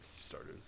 starters